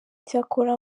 cyakora